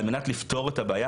על מנת לפתור אתה הבעיה,